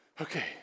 Okay